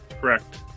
Correct